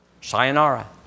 Sayonara